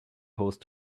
post